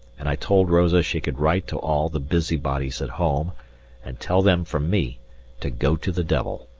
and i told rosa she could write to all the busybodies at home and tell them from me to go to the devil.